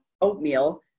oatmeal